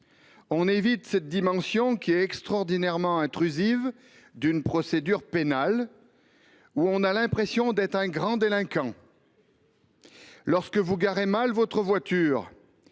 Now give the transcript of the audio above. On évite cette dimension qui est extraordinairement intrusive d’une procédure pénale où on a l’impression d’être un grand délinquant. Lorsque vous garez mal votre voiture,